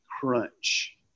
crunch